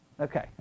Okay